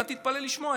אתה תתפלא לשמוע,